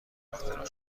اختراع